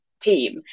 team